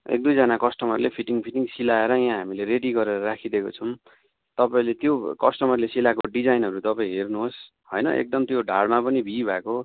एक दुईजना कस्टमरले फिटिङ फिटिङ सिलाएर यहाँ हामीले रेडी गरेर राखिदिएको छौँ तपाईँले त्यो कस्टमरले सिलाएको डिजाइनहरू तपाईँ हेर्नुहोस् होइन एकदम त्यो ढाँडमा पनि भी भएको